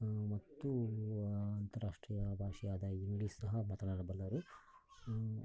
ಮತ್ತು ಅಂತಾರಾಷ್ಟ್ರೀಯ ಭಾಷೆಯಾದ ಇಂಗ್ಲಿಷ್ ಸಹ ಮಾತನಾಡಬಲ್ಲರು